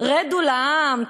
רדו לעם,